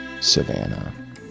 Savannah